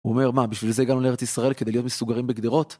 הוא אומר מה בשביל זה הגענו לארץ ישראל כדי להיות מסוגרים בגדרות?